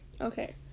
Okay